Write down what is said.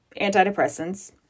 antidepressants